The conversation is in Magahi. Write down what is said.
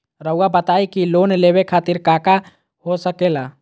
रउआ बताई की लोन लेवे खातिर काका हो सके ला?